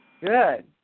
Good